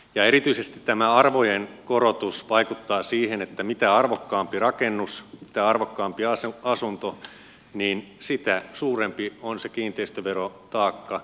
erityisesti tämä arvojen korotus vaikuttaa siihen että mitä arvokkaampi rakennus mitä arvokkaampi asunto sitä suurempi on se kiinteistöverotaakka